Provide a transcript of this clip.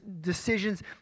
decisions